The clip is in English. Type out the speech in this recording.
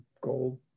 gold